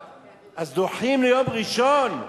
אז דוחים ליום ראשון,